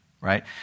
right